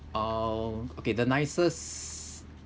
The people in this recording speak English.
uh okay the nicest